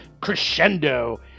crescendo